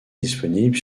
disponibles